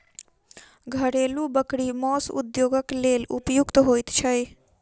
घरेलू बकरी मौस उद्योगक लेल उपयुक्त होइत छै